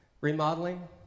Remodeling